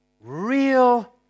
real